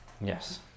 Yes